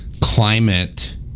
climate